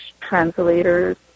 translators